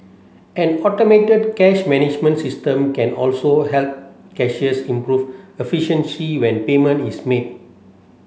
an automated cash management system can also help cashiers improve efficiency when payment is made